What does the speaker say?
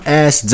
ass